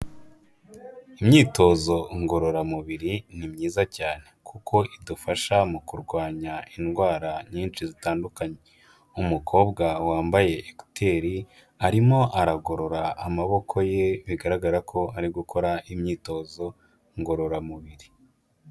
Imyitozo ngororamubiri ni myiza cyane kuko idufasha mu kurwanya indwara nyinshi zitandukanye. Umukobwa wambaye ekuteri arimo aragorora amaboko ye, bigaragara ko ari gukora imyitozo ngororamubiri.